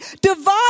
Divide